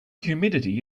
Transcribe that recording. humidity